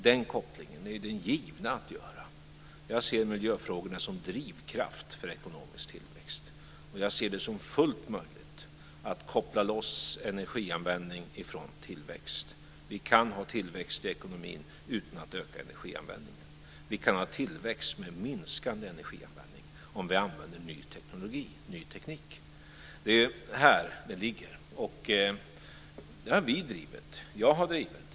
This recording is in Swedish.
Det är en given koppling att göra. Jag ser miljöfrågorna som drivkraft för ekonomisk tillväxt. Jag ser det som fullt möjligt att koppla loss energianvändning från tillväxt. Vi kan få tillväxt i ekonomin utan att öka energianvändningen. Vi kan ha tillväxt med minskande energianvändning om vi använder ny teknik. Det är här det ligger. Det har vi drivit. Jag har drivit det.